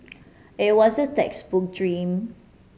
it was the textbook dream